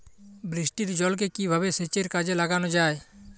বৃষ্টির জলকে কিভাবে সেচের কাজে লাগানো যায়?